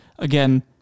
Again